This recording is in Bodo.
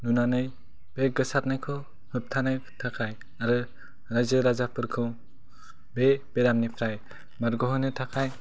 नुनानै बे गोसारनायखौ होबथानो थाखाय आरो रायजो राजाफोरखौ बे बेरामनिफ्राय बारगहोनो थाखाय